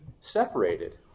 separated